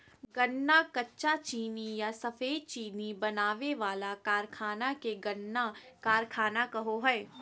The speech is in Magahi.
गन्ना कच्चा चीनी या सफेद चीनी बनावे वाला कारखाना के गन्ना कारखाना कहो हइ